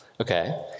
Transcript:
Okay